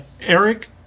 Eric